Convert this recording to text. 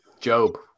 Job